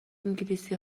انگلیسی